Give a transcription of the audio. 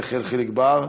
יחיאל חיליק בר,